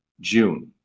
June